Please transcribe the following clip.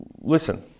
listen